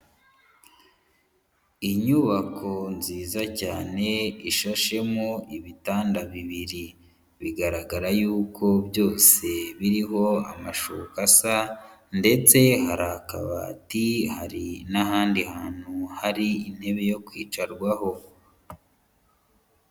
Inyubako nziza cyane ishashemo ibitanda bibiri, bigaragara yuko byose biriho amashuka asa ndetse hari akabati, hari n'ahandi hantu hari intebe yo kwicarwaho.